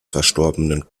verstorbenen